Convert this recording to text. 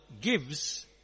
gives